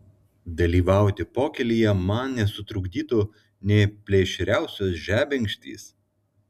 dalyvauti pokylyje man nesutrukdytų nė plėšriausios žebenkštys